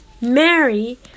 Mary